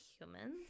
humans